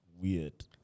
weird